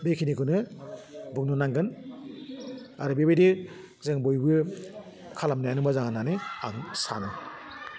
बेखिनिखौनो बुंनो नांगोन आरो बिबायदि जों बयबो खालामनायानो मोजां होन्नानै आं सानो